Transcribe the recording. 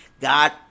God